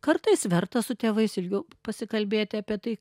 kartais verta su tėvais ilgiau pasikalbėti apie tai